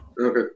okay